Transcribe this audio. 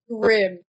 grim